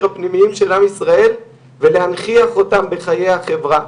הפנימיים של עם ישראל ולהנכיח אותם בחיי החברה.